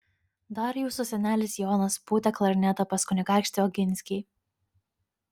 dar jūsų senelis jonas pūtė klarnetą pas kunigaikštį oginskį